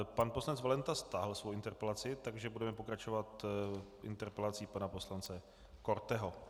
Pan poslanec Valenta stáhl svoji interpelaci, takže budeme pokračovat interpelací pana poslance Korteho.